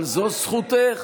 אבל זו זכותך,